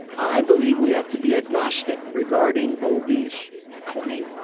i believe we have to be agnostic regarding bowlby's claim.